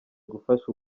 gufasha